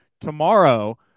Tomorrow